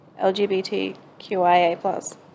LGBTQIA+